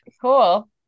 cool